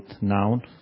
noun